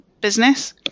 business